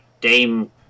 Dame